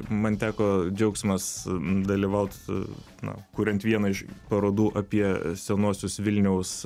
man teko džiaugsmas dalyvaut na kuriant vieną iš parodų apie senuosius vilniaus